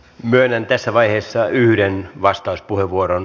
myönnän tässä vaiheessa yhden vastauspuheenvuoron